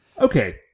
Okay